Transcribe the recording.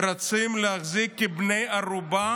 רוצים להחזיק כבני ערובה